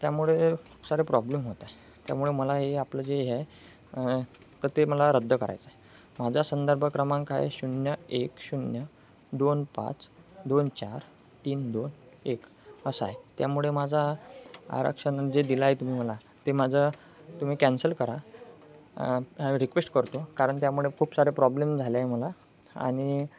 त्यामुळे खूप सारे प्रॉब्लेम होत आहे त्यामुळे मला हे आपलं जे आहे तर ते मला रद्द करायचं आहे माझा संदर्भ क्रमांक आहे शून्य एक शून्य दोन पाच दोन चार तीन दोन एक असा आहे त्यामुळे माझा आरक्षण जे दिले आहे तुम्ही मला ते माझं तुम्ही कॅन्सल करा रिक्वेस्ट करतो कारण त्यामुळे खूप सारे प्रॉब्लेम झाले आहे मला आणि